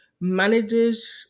managers